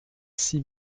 six